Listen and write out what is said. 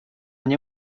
nie